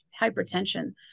hypertension